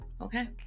okay